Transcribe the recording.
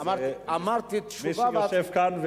זה מי שיושב כאן.